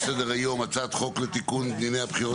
על סדר היום הצעת חוק לתיקון דיני הבחירות